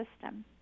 system